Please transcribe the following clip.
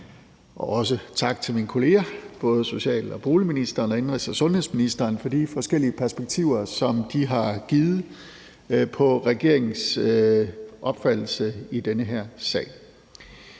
og også tak til mine kolleger, både social- og boligministeren og indenrigs- og sundhedsministeren, for de forskellige perspektiver, som de har givet på regeringens opfattelse i den her sag.